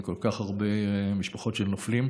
עם כל כך הרבה משפחות של נופלים,